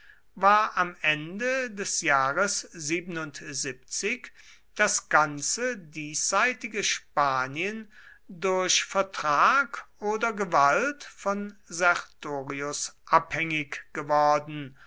war am ende des jahres das ganze diesseitige spanien durch vertrag oder gewalt von sertorius abhängig geworden